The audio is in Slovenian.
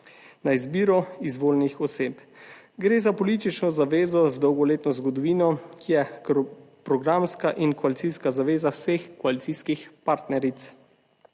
na izbiro izvoljenih oseb, gre za politično zavezo z dolgoletno zgodovino, ki je kroprogramska in koalicijska zaveza vseh koalicijskih partneric.